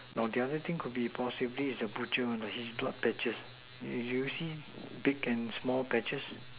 no the other thing could be possibly is the butcher one he's got patches you see big and small patches